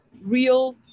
real